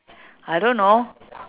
I don't know